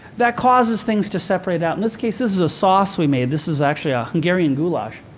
that causes things to separate out. in this case, this is a sauce we made. this is actually a hungarian goulash.